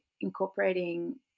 incorporating